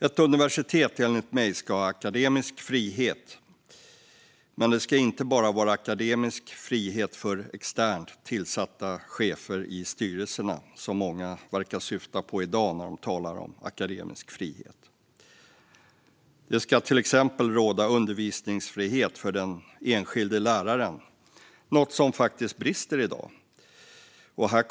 Ett universitet ska enligt mig ha akademisk finhet, men det ska inte bara vara akademisk frihet för externt tillsatta chefer i styrelserna, som många verkar syfta på i dag när de talar om akademisk frihet. Till exempel ska undervisningsfrihet för den enskilda läraren råda. Där brister det i dag.